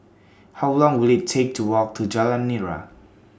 How Long Will IT Take to Walk to Jalan Nira